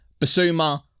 Basuma